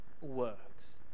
works